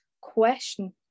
question